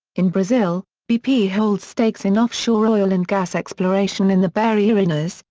in brazil, bp holds stakes in offshore oil and gas exploration in the barreirinhas,